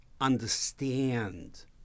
understand